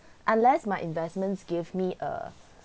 unless my investments give me err